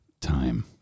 Time